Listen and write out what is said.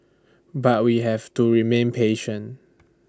but we have to remain patient